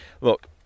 look